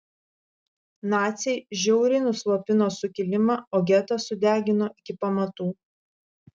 naciai žiauriai nuslopino sukilimą o getą sudegino iki pamatų